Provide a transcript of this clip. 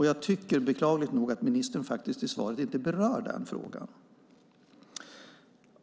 Jag tycker att ministern i svaret beklagligt nog inte berör den frågan.